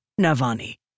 Navani